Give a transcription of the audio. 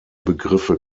begriffe